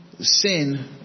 sin